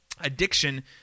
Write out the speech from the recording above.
addiction